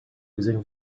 using